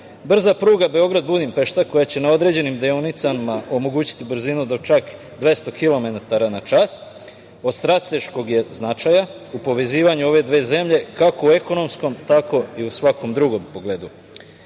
šire. Brza pruga Beograd - Budimpešta, koja će na određenim deonicama omogućiti brzino do čak 200 kilometara na čas, od strateškog je značaja u povezivanju ove dve zemlje, kako u ekonomskom, tako i u svakom drugom pogledu. Ova